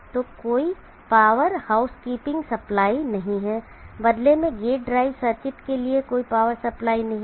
तो कोई power house keeping power supply नहीं है बदले में गेट ड्राइव सर्किट के लिए कोई पावर सप्लाई नहीं है